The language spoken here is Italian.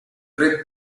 tre